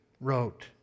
wrote